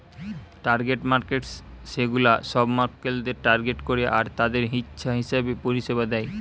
target markets সেগুলা সব মক্কেলদের টার্গেট করে আর তাদের ইচ্ছা হিসাবে পরিষেবা দেয়